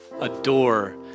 adore